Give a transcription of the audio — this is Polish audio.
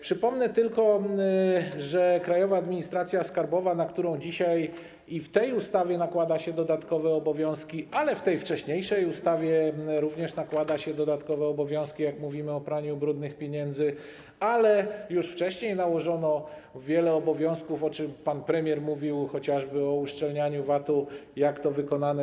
Przypomnę tylko, że na Krajową Administrację Skarbową dzisiaj w tej ustawie nakłada się dodatkowe obowiązki, a w tej wcześniejszej ustawie również nakładało się dodatkowe obowiązki, skoro mówimy o praniu brudnych pieniędzy, a już wcześniej nałożono wiele obowiązków, o czym pan premier mówił - chociażby o uszczelnianiu VAT-u i o tym, jak to wykonano.